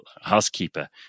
housekeeper